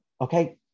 Okay